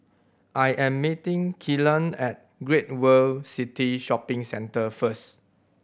I am meeting Kylan at Great World City Shopping Centre first